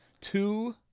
two